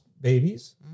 babies